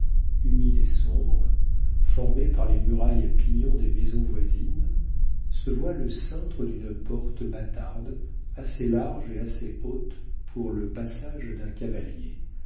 humide et sombre formée par les murailles à pignon des maisons voisines se voit le cintre d'une porte bâtarde assez large et assez haute pour le passage d'un cavalier